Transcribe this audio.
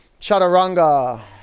Chaturanga